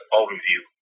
overview